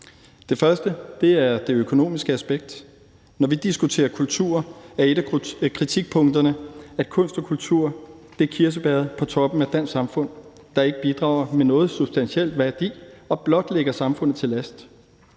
Det første er det økonomiske aspekt. Når vi diskuterer kultur, er et af kritikpunkterne, at kunst og kultur er kirsebærret på toppen af det danske samfund, der ikke bidrager med noget substantielt af værdi og blot ligger samfundet til last.